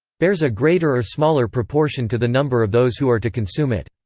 bears a greater or smaller proportion to the number of those who are to consume it.